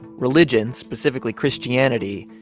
religion, specifically christianity,